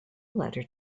letter